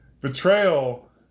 Betrayal